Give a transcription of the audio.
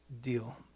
deal